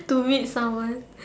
to meet someone